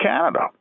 Canada